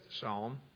Psalm